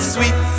Sweet